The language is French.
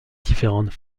différentes